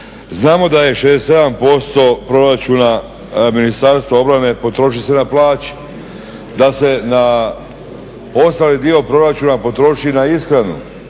Znamo da je 67% proračuna Ministarstva obrane potroši se na plaće, da se na ostali dio proračuna potroši na ishranu.